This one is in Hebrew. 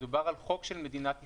מדובר על חוק של מדינת ישראל,